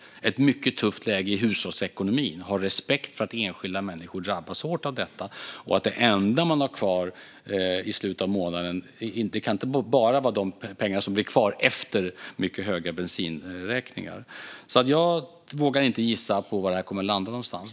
Vi har också ett mycket tufft läge i hushållsekonomin och måste ha respekt för att enskilda människor drabbas hårt av detta. Det man har kvar i slutet av månaden kan inte bara vara de pengar som blir kvar efter mycket höga bensinräkningar. Jag vågar inte gissa var detta kommer att landa.